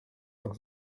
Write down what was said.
nach